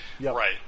right